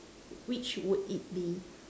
which would it be